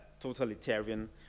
totalitarian